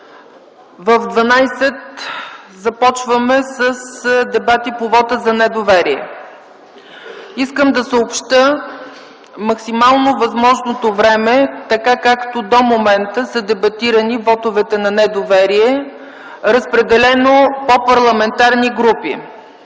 ще започнем с дебати по вота за недоверие. Искам да съобщя максимално възможното време, така както до момента са дебатирани вотовете на недоверие, разпределено по парламентарни групи.